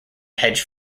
hedge